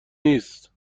نیست